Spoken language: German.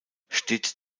steht